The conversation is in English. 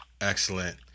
Excellent